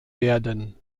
werden